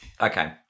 Okay